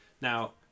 Now